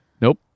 Nope